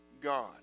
God